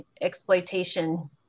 exploitation